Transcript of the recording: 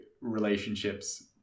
relationships